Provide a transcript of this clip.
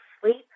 sleep